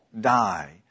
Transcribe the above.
die